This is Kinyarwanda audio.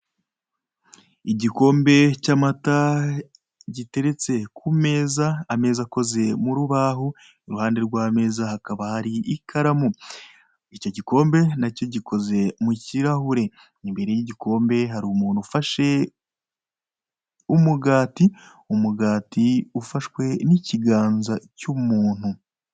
Igikombe cy'amata giteretse ku meza. ameza akoze mu rubaho, iruhande rw'ameza hakaba hari ikaramu, icyo gikombe na cyo gikoze mu kirahure, imbere y'igikombe hari umuntu ufashe umugati, umugati ufashwe n'ikiganza cy'umuntu.